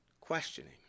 questioning